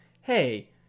hey